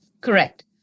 Correct